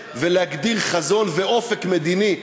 לייצר ולהגדיר חזון ואופק מדיני,